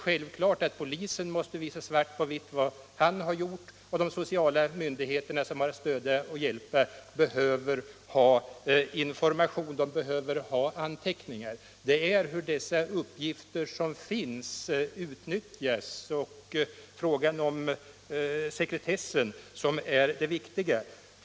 Polisen måste givetvis kunna visa svart på vitt på vad man gjort, och de sociala myndigheter som skall stödja och hjälpa behöver informationer och anteckningar. Det viktiga är hur man utnyttjar de uppgifter som finns och hur sekretessen fungerar.